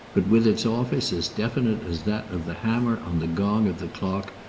but with its office as definite as that of the hammer on the gong of the clock,